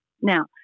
now